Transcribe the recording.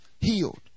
healed